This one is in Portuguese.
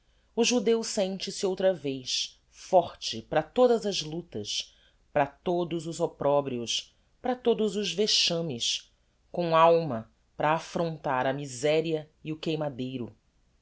o judeu sente-se outra vez forte para todas as luctas para todos os opprobrios para todos os vexames com alma para affrontar a miseria e o queimadero